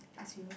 ask you